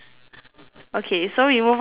okay so we move on to my one